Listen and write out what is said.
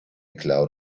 cloud